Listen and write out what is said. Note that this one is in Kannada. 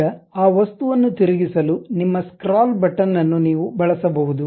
ಈಗ ಆ ವಸ್ತುವನ್ನು ತಿರುಗಿಸಲು ನಿಮ್ಮ ಸ್ಕ್ರಾಲ್ ಬಟನ್ ಅನ್ನು ನೀವು ಬಳಸಬಹುದು